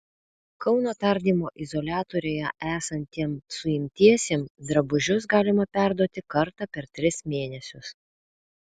kauno tardymo izoliatoriuje esantiem suimtiesiem drabužius galima perduoti kartą per tris mėnesius